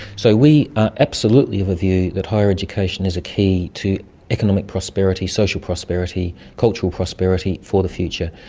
so we are absolutely of a view that higher education is a key to economic prosperity, social prosperity, cultural prosperity for the future.